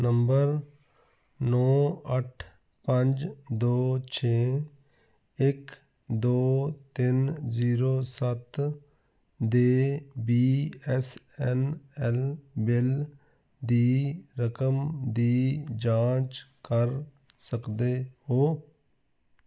number ਨੌ ਅੱਠ ਪੰਜ ਦੋ ਛੇ ਇੱਕ ਦੋ ਤਿੰਨ ਜੀਰੋ ਸੱਤ ਦੇ B S N L bill ਦੀ ਰਕਮ ਦੀ ਜਾਂਚ ਕਰ ਸਕਦੇ ਹੋ